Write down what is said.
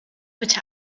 bitte